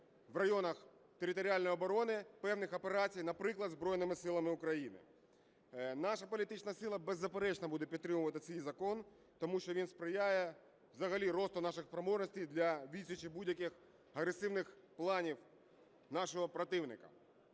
він сприяє взагалі росту наших спроможностей для відсічі будь-яких агресивних планів нашого противника.